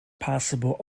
possible